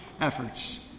efforts